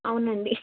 అవునండి